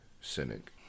cynic